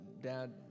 Dad